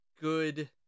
Good